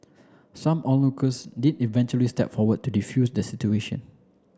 some onlookers did eventually step forward to defuse the situation